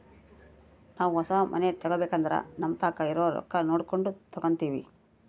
ನಾವು ಹೊಸ ಮನೆ ತಗಬೇಕಂದ್ರ ನಮತಾಕ ಇರೊ ರೊಕ್ಕ ನೋಡಕೊಂಡು ತಗಂತಿವಿ